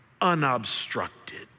unobstructed